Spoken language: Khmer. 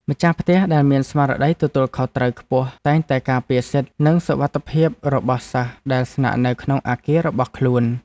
ម្ចាស់ផ្ទះដែលមានស្មារតីទទួលខុសត្រូវខ្ពស់តែងតែការពារសិទ្ធិ និងសុវត្ថិភាពរបស់សិស្សដែលស្នាក់នៅក្នុងអគាររបស់ខ្លួន។